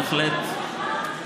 בהחלט,